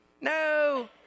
No